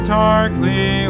darkly